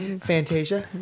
Fantasia